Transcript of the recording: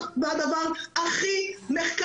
אני עוד